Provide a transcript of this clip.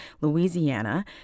Louisiana